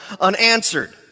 unanswered